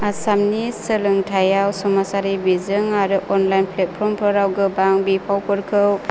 आसामनि सोलोंथाइयाव समाजारि बिजों आरो अनलाइन फ्लेटफर्मफोराव गोबां बिफावफोरखौ